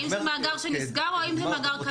האם זה מאגר שנסגר או זה מאגר קיים?